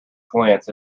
glance